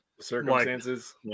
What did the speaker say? Circumstances